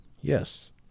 yes